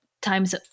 times